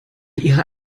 ihrer